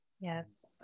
yes